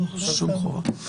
שום חובה.